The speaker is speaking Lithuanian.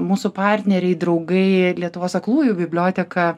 mūsų partneriai draugai lietuvos aklųjų biblioteka